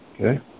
Okay